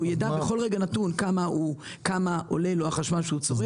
הוא יידע בכל רגע נתון כמה עולה לו החשמל שהוא צורך.